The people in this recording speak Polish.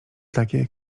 takie